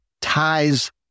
ties